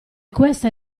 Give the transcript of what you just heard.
questa